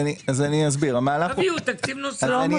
תביאו תקציב נוסף.